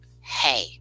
Hey